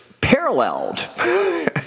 paralleled